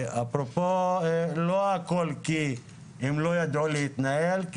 ואפרופו לא הכל כי הם לא ידעו להתנהל,